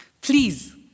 please